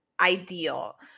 ideal